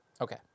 okay